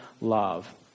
love